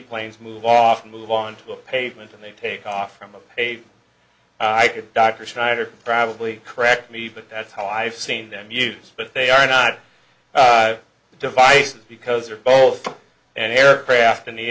planes move off and move onto the pavement and they take off from a paved i could dr snyder probably correct me but that's how i've seen them use but they are not devices because they're both an aircraft in the